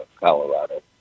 Colorado